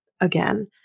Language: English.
again